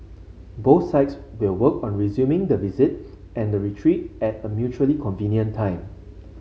both sides will work on resuming the visit and the retreat at a mutually convenient time